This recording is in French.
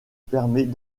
permet